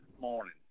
morning